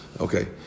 Okay